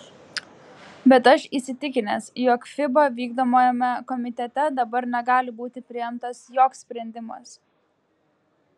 bet aš įsitikinęs jog fiba vykdomajame komitete dabar negali būti priimtas joks sprendimas